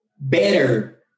better